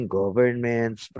governments